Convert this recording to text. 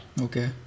Okay